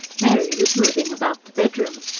mary was moving about the bedroom.